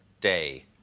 day